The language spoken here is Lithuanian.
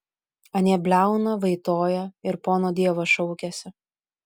anie bliauna vaitoja ir pono dievo šaukiasi